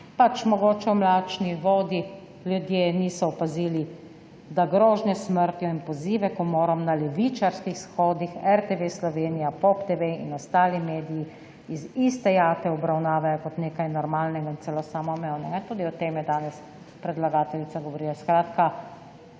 pač »mogoče v mlačni vodi ljudje niso opazili, da grožnje s smrtjo in pozive k umorom na levičarskih shodih RTV Slovenija, POP TV in ostali »mediji« iz iste jate obravnavajo kot nekaj »normalnega« in celo samoumevnega«. Tudi o tem je danes predlagateljica govorila.